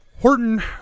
Horton